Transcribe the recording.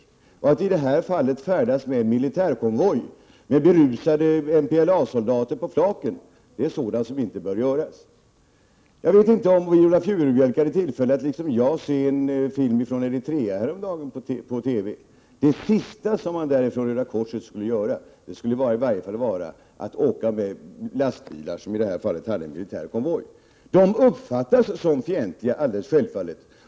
Man bör inte, som i det här fallet, färdas med militärkonvoj med berusade MPLA-soldater på flaken. Jag vet inte om Viola Furubjelke hade tillfälle att liksom jag häromdagen på TV se en film från Eritrea. Det sista som man från Röda korsets sida där skulle göra vore att åka med lastbilar i en militärkonvoj. De uppfattas självfallet som fientliga.